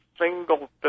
single